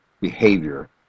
behavior